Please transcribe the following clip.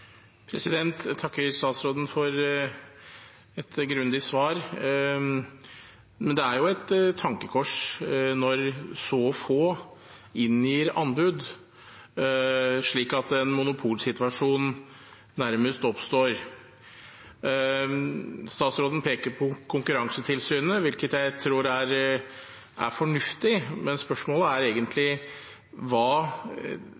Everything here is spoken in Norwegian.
Jeg takker statsråden for et grundig svar. Men det er jo et tankekors at så få inngir anbud, slik at nærmest en monopolsituasjon oppstår. Statsråden peker på Konkurransetilsynet, hvilket jeg tror er fornuftig. Men spørsmålet er